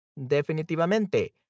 Definitivamente